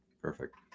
Perfect